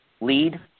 Lead